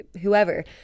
whoever